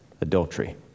adultery